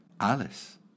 Alice